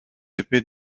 épées